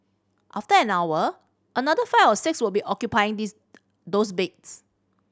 after an hour another five or six will be occupying these those beds